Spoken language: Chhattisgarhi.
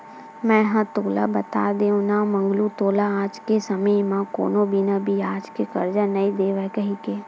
मेंहा तो तोला बता देव ना मंगलू तोला आज के समे म कोनो बिना बियाज के करजा नइ देवय कहिके